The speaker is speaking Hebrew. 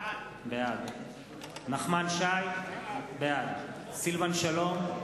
בעד נחמן שי, בעד סילבן שלום,